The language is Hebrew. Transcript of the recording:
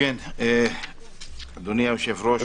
אדוני היושב-ראש,